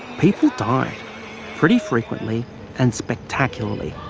people die pretty frequently and spectacularly,